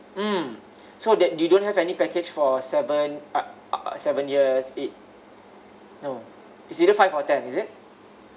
mm so that you don't have any package for seven uh seven years eight no it's either five or ten is it